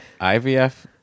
IVF